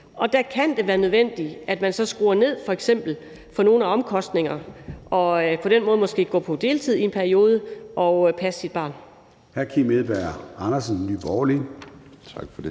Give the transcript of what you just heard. Og der kan det være nødvendigt, at man så skruer ned, f.eks. for nogle omkostninger, og på den måde måske går på deltid i en periode for at passe sit barn.